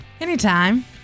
Anytime